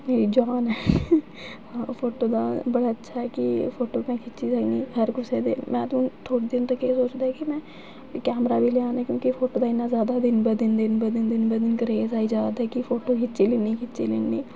photo दा बड़ा अच्छा ऐ कि फोटो में खिच्ची सकनियां हर कुसै दे ते में ते थोह्ड़े दिन सोचेआ कि कैमरा लेआना ते दिन ब दिन क्रेज़ आई जा दा ते फोटो खिच्ची लैन्नी